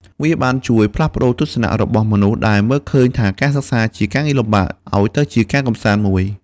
វាបានជួយផ្លាស់ប្តូរទស្សនៈរបស់មនុស្សដែលមើលឃើញថាការសិក្សាជាការងារលំបាក ឲ្យទៅជាការកម្សាន្តមួយ។